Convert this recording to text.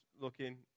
looking